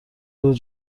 روز